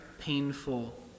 painful